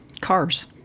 Cars